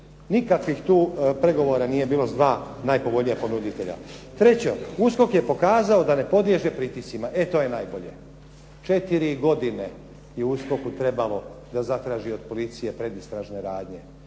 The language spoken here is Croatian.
Nikakvih tu pregovora nije bilo sa dva najpovoljnija ponuditelja. Treće, USKOK je pokazao da ne podliježe pritiscima. E to je najbolje. Četiri godine je USKOK-u trebalo da zatraži od policije pred istražne radnje.